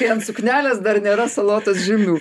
kai ant suknelės dar nėra salotos žymių